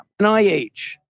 NIH